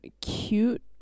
cute